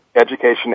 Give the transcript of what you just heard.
Education